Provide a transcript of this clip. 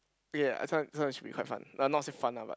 ya this one this one should be quite fun but not say fun lah but